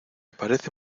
parece